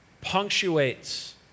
punctuates